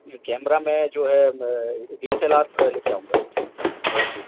यह कैमरा में जो है डी एस एल आर लेकर आऊँगा एच डी